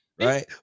Right